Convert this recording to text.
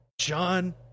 John